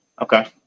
Okay